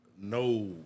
no